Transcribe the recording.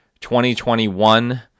2021